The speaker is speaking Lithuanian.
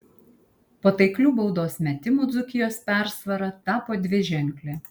po taiklių baudos metimų dzūkijos persvara tapo dviženklė